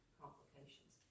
complications